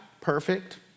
perfect